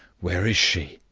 where is she?